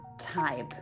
type